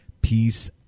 peace